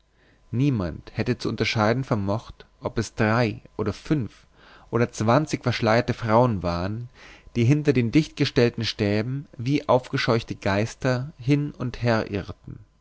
niemand hätte zu unterscheiden vermocht ob es drei oder fünf oder zwanzig verschleierte frauen waren die hinter den dichtgestellten stäben wie aufgescheuchte geister hin und her irrten